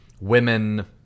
women